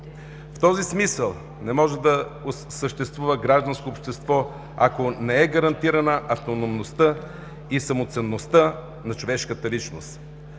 В този смисъл не може да съществува гражданско общество, ако не е гарантирана автономността и само ценността на човешката личност.